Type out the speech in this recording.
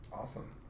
Awesome